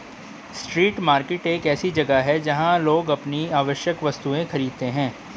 street market एक ऐसी जगह है जहां लोग अपनी आवश्यक वस्तुएं खरीदते हैं